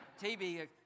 TV